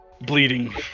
Bleeding